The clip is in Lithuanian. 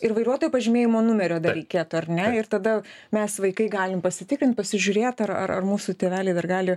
ir vairuotojo pažymėjimo numerio dar reikėtų ar ne ir tada mes vaikai galim pasitikrint pasižiūrėt ar ar mūsų tėveliai dar gali